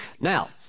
Now